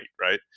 right